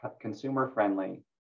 consumer-friendly